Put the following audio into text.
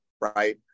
right